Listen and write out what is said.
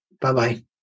Bye-bye